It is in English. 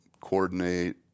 coordinate